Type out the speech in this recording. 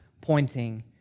pointing